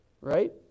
Right